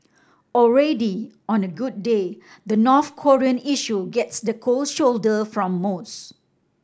already on a good day the North Korean issue gets the cold shoulder from most